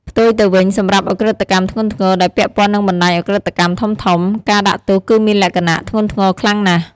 ផ្ទុយទៅវិញ សម្រាប់ឧក្រិដ្ឋកម្មធ្ងន់ធ្ងរ ដែលពាក់ព័ន្ធនឹងបណ្តាញឧក្រិដ្ឋកម្មធំៗ ការដាក់ទោសគឺមានលក្ខណៈ ធ្ងន់ធ្ងរខ្លាំងណាស់។